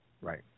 Right